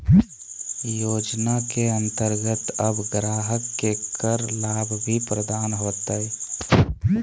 योजना के अंतर्गत अब ग्राहक के कर लाभ भी प्रदान होतय